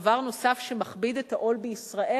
דבר נוסף שמכביד את העול בישראל,